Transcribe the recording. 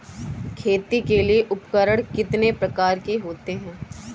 खेती के लिए उपकरण कितने प्रकार के होते हैं?